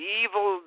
evil